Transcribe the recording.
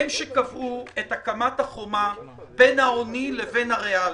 הם שקבעו את הקמת החומה בין ההוני לבין הריאלי.